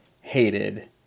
hated